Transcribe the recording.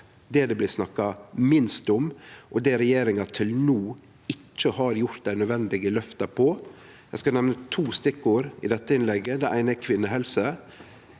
som det blir snakka minst om, og det regjeringa til no ikkje har gjort dei nødvendige løfta på. Eg skal nemne to stikkord i dette innlegget. Det eine er kvinnehelse.